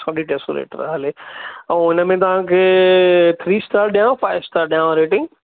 साढे टे सौ लीटर हले ऐं हुन में तव्हांखे थ्री स्टार ॾियांव फ़ाइव स्टार ॾियांव रेटिंग